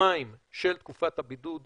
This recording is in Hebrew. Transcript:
ביומיים של תקופת הבידוד הנוכחית,